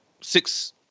six